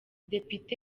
depite